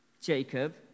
Jacob